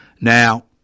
Now